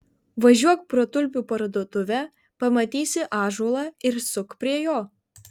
važiuok pro tulpių parduotuvę pamatysi ąžuolą ir suk prie jo